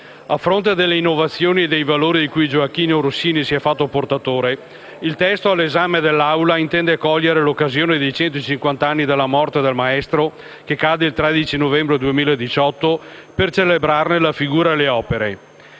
A fronte delle innovazioni e dei valori di cui Gioachino Rossini si è fatto portatore, il testo all'esame di quest'Assemblea intende cogliere l'occasione dei centocinquanta anni dalla morte del maestro, che cade il 13 novembre 2018, per celebrarne la figura e le opere.